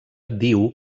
diu